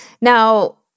Now